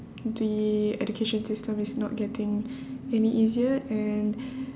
the education system is not getting any easier and